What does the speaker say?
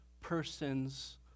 persons